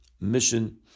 mission